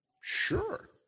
Sure